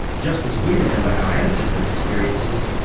just as we remember our ancestors' experiences,